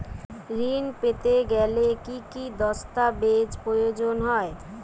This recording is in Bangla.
ঋণ পেতে গেলে কি কি দস্তাবেজ প্রয়োজন?